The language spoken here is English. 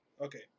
Okay